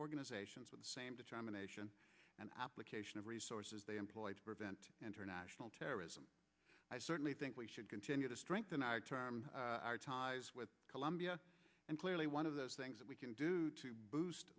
organizations with same determination and application of resources they employ to prevent international terrorism i certainly think we should continue to strengthen our term our ties with colombia and clearly one of those things that we can do to boost